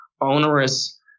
onerous